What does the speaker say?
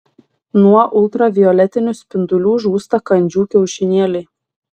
nuo ultravioletinių spindulių žūsta kandžių kiaušinėliai